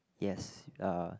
yes uh